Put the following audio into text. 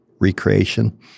recreation